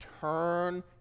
turn